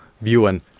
viewing